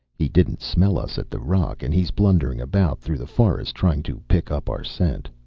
he didn't smell us at the rock, and he's blundering about through the forest trying to pick up our scent.